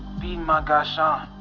beating my guy shawn,